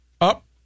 up